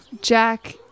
Jack